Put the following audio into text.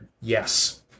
Yes